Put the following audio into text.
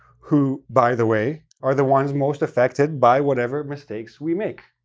who, by the way, are the ones most affected by whatever mistakes we make.